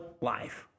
life